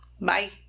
Bye